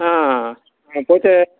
అట్టయితే